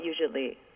usually